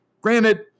granted